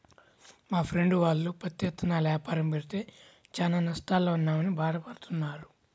మా ఫ్రెండు వాళ్ళు పత్తి ఇత్తనాల యాపారం పెడితే చానా నష్టాల్లో ఉన్నామని భాధ పడతన్నారు